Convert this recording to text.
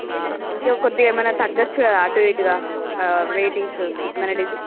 ఇంకా కొద్దిగా ఏమైనా తగ్గవచ్చు కదా అటు ఇటుగా రేటింగ్స్ ఏమైనా డేసి